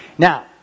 Now